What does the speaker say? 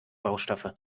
baustoffe